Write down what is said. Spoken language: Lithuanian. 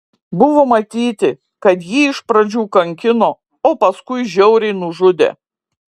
buvo matyti kad jį iš pradžių kankino o paskui žiauriai nužudė